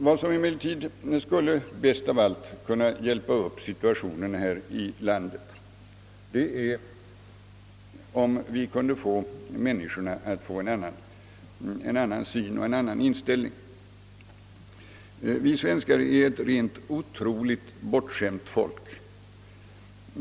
Vad som emellertid bäst av allt skulle kunna hjälpa upp situationen här i landet är om vi kunde få människorna att ha en annan syn och inställning. Vi svenskar är ett rent otroligt bortskämt folk.